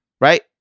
Right